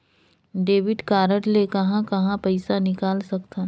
Debit card ले कहां कहां पइसा निकाल सकथन?